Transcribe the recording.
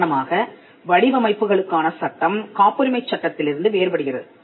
உதாரணமாக வடிவமைப்புகளுக்கான சட்டம் காப்புரிமைச் சட்டத்திலிருந்து வேறுபடுகிறது